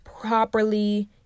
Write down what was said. properly